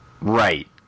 Right